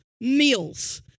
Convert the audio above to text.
meals